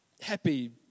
happy